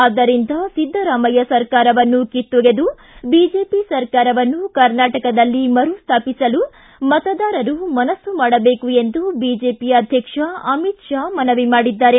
ಆದ್ದರಿಂದ ಸಿದ್ದರಾಮಯ್ಯ ಸರ್ಕಾರವನ್ನು ಕಿತ್ತೊಗೆದು ಬಿಜೆಪಿ ಸರ್ಕಾರವನ್ನು ಕರ್ನಾಟಕದಲ್ಲಿ ಸ್ಥಾಪಿಸಲು ಮತದಾರರು ಮನಸ್ಲು ಮಾಡಬೇಕು ಎಂದು ಬಿಜೆಪಿ ಅಧ್ಯಕ್ಷ ಅಮಿತ್ ಷಾ ಮನವಿ ಮಾಡಿದ್ದಾರೆ